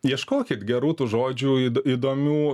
ieškokit gerų tų žodžių įd įdomių